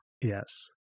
Yes